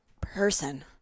person